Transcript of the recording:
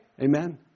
Amen